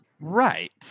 Right